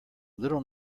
little